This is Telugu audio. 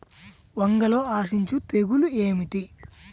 వంగలో ఆశించు తెగులు ఏమిటి?